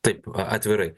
taip atvirai